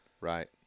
Right